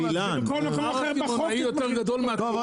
טוב,